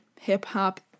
hip-hop